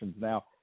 Now